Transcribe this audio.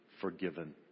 Forgiven